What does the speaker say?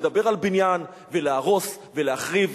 לדבר על בניין ולהרוס ולהחריב,